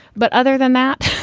but other than that,